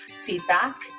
feedback